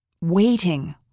Waiting